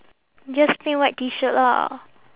just plain white T shirt lah